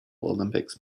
olympics